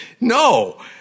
No